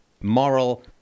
Moral